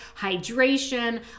hydration